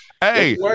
Hey